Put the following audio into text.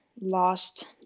lost